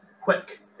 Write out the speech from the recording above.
quick